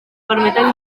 permeten